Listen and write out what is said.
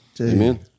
Amen